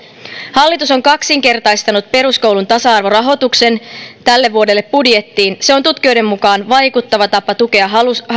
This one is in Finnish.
hallitus on kaksinkertaistanut peruskoulun tasa arvorahoituksen tälle vuodelle budjettiin se on tutkijoiden mukaan vaikuttava tapa tukea